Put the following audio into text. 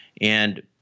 And-